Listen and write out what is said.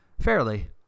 fairly